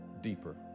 Deeper